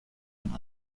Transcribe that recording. man